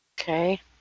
Okay